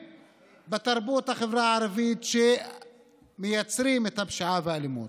בתרבות בחברה הערבית שמייצרים את הפשיעה והאלימות.